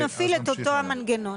אנחנו נפעיל את אותו מנגנון.